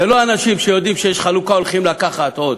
אלה לא אנשים שיודעים שיש חלוקה אז הולכים לקחת עוד.